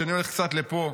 השני הולך קצת לפה.